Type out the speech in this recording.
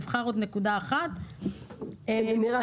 נירה,